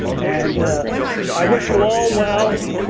and i wish you all well,